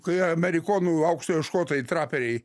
kai amerikonų aukso ieškotojai traperiai